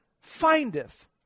findeth